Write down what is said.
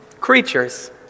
creatures